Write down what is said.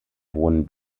wohnen